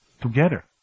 Together